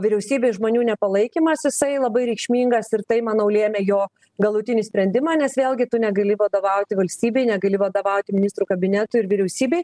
vyriausybei žmonių nepalaikymas jisai labai reikšmingas ir tai manau lėmė jo galutinį sprendimą nes vėlgi tu negali vadovauti valstybei negali vadovauti ministrų kabinetui ir vyriausybei